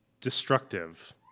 destructive